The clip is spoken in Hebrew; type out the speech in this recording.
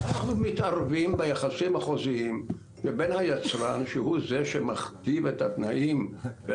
הוא בלעדי על מותג, הוא